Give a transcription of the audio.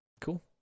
Cool